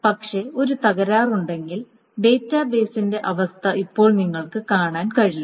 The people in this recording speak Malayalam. പക്ഷേ ഒരു തകരാറുണ്ടെങ്കിൽ ഡാറ്റാബേസിന്റെ അവസ്ഥ ഇപ്പോൾ നിങ്ങൾക്ക് കാണാൻ കഴിയും